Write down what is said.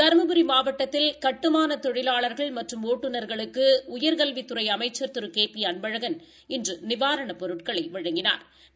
தருமபுரி மாவட்டத்தில் கட்டுமான தொழிலாளர்கள் மற்றும் ஒட்டுநர்களுக்கு உயர்கல்வித்துறை அமைச்சா் திரு கே பி அன்பழகன் இன்று நிவாரணப் பொருட்களை வழங்கினாா்